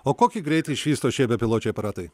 o kokį greitį išvysto šie bepiločiai aparatai